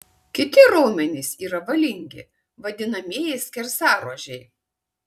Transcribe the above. kiti raumenys yra valingi vadinamieji skersaruožiai